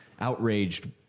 outraged